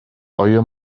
ایا